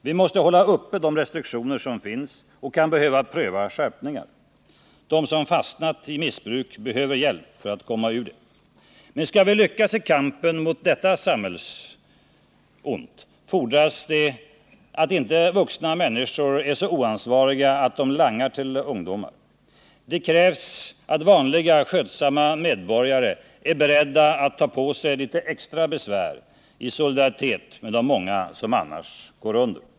Vi måste hålla uppe de restriktioner som finns och kan behöva pröva skärpningar. De som fastnat i missbruk behöver hjälp för att komma ur det. Men skall vi lyckas i kampen mot detta samhällsonda fordras det att inte vuxna människor är så oansvariga att de langar till ungdomar. Det krävs att vanliga skötsamma medborgare är beredda att ta på sig litet extra besvär i solidaritet med de många som annars går under.